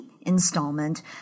installment